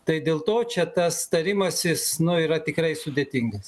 tai dėl to čia tas tarimasis nu yra tikrai sudėtingas